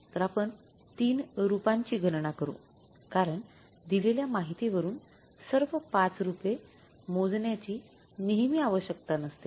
तर आपण 3 रुपांची गणना करू कारण दिलेल्या माहितीवरून सर्व ५ रूपे मोजण्याची नेहमी आवश्यक नसते